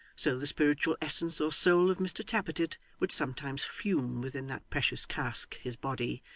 so the spiritual essence or soul of mr tappertit would sometimes fume within that precious cask, his body,